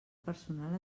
personal